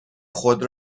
خود